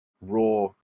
raw